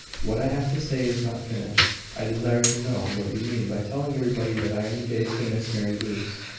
what i have to say is not finished. i desire to know what you mean by telling everybody that i am engaged to miss mary bruce.